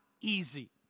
easy